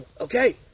okay